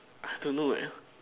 I don't know eh